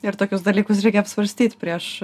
ir tokius dalykus reikia apsvarstyt prieš